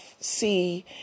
see